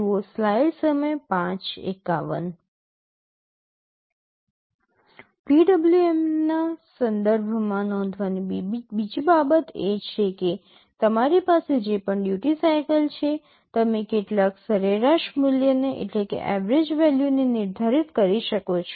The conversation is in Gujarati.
PWM ના સંદર્ભમાં નોંધવાની બીજી બાબત એ છે કે તમારી પાસે જે પણ ડ્યૂટિ સાઇકલ છે તમે કેટલાક સરેરાશ મૂલ્યને નિર્ધારિત કરી શકો છો